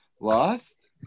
lost